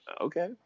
okay